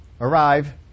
arrive